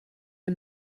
der